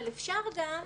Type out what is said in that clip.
אבל אפשר גם,